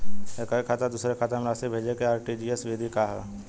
एकह खाता से दूसर खाता में राशि भेजेके आर.टी.जी.एस विधि का ह?